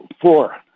Four